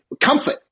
comfort